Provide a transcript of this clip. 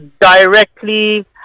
directly